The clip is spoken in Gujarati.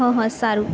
હ હ સારું